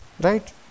Right